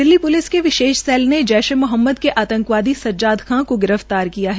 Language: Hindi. दिल्ली प्लिस के विशेष सेल ने जैय ए मोहम्मद के आतंकी सज्जाद खान को गिरफ्तार किया है